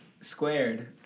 squared